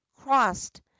crossed